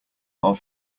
are